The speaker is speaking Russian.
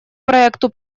проекту